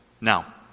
Now